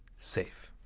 safe.